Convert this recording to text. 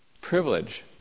privilege